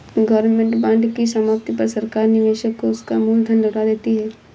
government bond की समाप्ति पर सरकार निवेशक को उसका मूल धन लौटा देती है